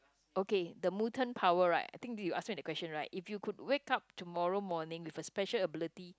okay the mutant power right I think you ask me the question right if you could wake up tomorrow morning with a special ability